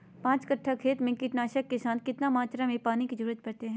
पांच कट्ठा खेत में कीटनाशक के साथ कितना मात्रा में पानी के जरूरत है?